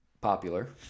popular